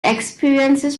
experiences